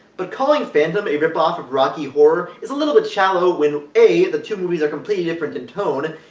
but calling phantom a ripoff of rocky horror is a little bit shallow when a. the two movies are completely different in tone,